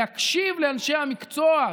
להקשיב לאנשי המקצוע,